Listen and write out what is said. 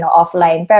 offline